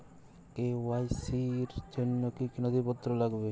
KYC র জন্য কি কি নথিপত্র লাগবে?